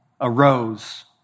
arose